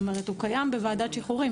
הוא קיים בוועדת שחרורים,